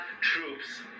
troops